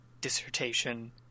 dissertation